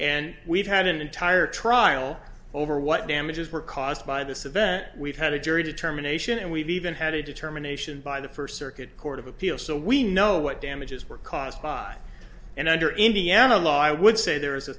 and we've had an entire trial over what damages were caused by this event we've had a jury determination and we've even had a determination by the first circuit court of appeal so we know what damages were caused by and under indiana law i would say there is a